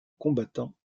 combattant